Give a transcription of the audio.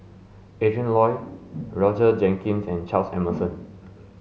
Adrin Loi Roger Jenkins and Charles Emmerson